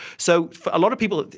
so for a lot of people,